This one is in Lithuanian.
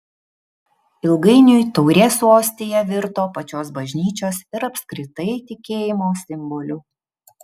ilgainiui taurė su ostija virto pačios bažnyčios ir apskritai tikėjimo simboliu